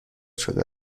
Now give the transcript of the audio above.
شده